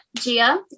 Gia